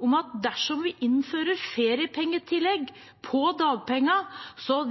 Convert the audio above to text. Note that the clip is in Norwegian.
om at dersom vi innfører feriepengetillegg på dagpengene,